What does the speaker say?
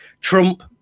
Trump